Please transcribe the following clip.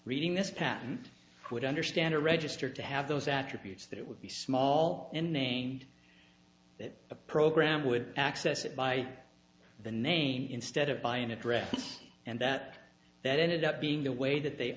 reading this patent would understand a register to have those attributes that it would be small in name that a program would access it by the name instead of by an address and that that ended up being the way that they